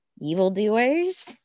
evildoers